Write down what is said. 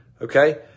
okay